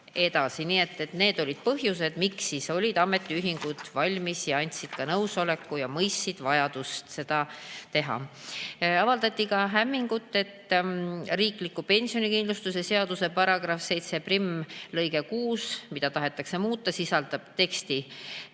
Need olid põhjused, miks olid ametiühingud valmis, andsid nõusoleku ja mõistsid vajadust seda teha. Avaldati ka hämmingut, et riikliku pensionikindlustuse seaduse § 71lõige 6, mida tahetakse muuta, sisaldab teksti,